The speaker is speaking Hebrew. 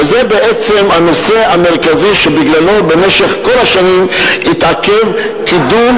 וזה בעצם הנושא המרכזי שבגללו במשך כל השנים התעכב קידום,